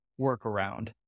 workaround